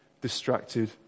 distracted